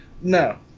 No